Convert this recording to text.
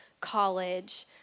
college